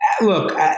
Look